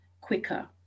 quicker